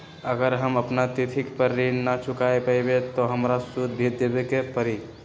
अगर हम अपना तिथि पर ऋण न चुका पायेबे त हमरा सूद भी देबे के परि?